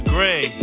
Gray